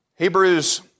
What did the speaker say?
Hebrews